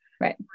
Right